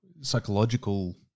psychological